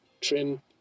trim